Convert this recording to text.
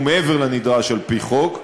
ומעבר לנדרש על-פי חוק,